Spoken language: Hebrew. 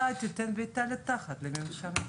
אתה תיתן בעיטה לתחת לממשלה,